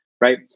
right